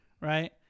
right